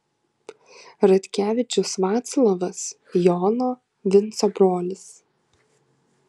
radkevičius vaclovas jono vinco brolis